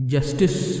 Justice